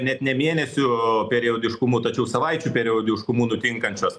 net ne mėnesių periodiškumu tačiau savaičių periodiškumu nutinkančios